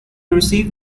received